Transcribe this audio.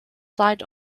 side